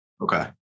Okay